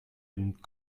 une